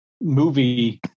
movie